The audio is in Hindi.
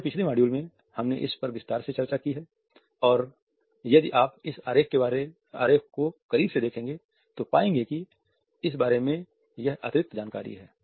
हमारे पिछले मॉड्यूल में हमने इस पर विस्तार से चर्चा की है और यदि आप इस आरेख को करीब से देखेंगे तो पाएंगे कि इस बारे में यह अतिरिक्त जानकारी है